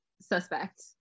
suspect